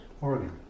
Oregon